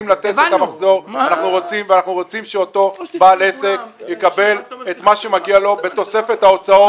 אנחנו רוצים שאותו בעל עסק יקבל את מה שמגיע לו בתוספת ההוצאות.